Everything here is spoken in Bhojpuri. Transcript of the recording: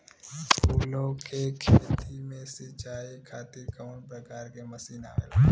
फूलो के खेती में सीचाई खातीर कवन प्रकार के मशीन आवेला?